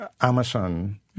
Amazon